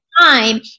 time